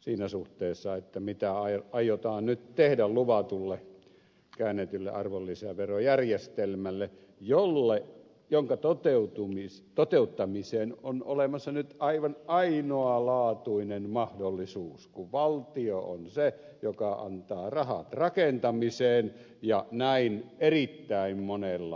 siinä suhteessa mitä aiotaan nyt tehdä luvatulle käännetylle arvonlisäverojärjestelmälle jonka toteuttamiseen on olemassa nyt aivan ainoalaatuinen mahdollisuus kun valtio on se joka antaa rahat rakentamiseen ja erittäin monella rakennustoiminnan lohkolla